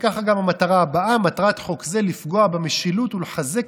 וכך גם המטרה הבאה: מטרת חוק זה לפגוע במשילות ולחזק